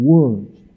Words